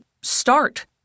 start